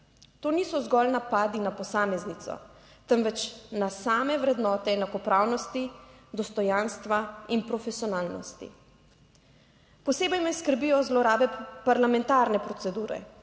To niso zgolj napadi na posameznico, temveč na same vrednote enakopravnosti, dostojanstva in profesionalnosti. Posebej me skrbijo zlorabe parlamentarne procedure;